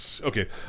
Okay